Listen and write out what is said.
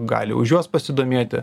gali už juos pasidomėti